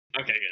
Okay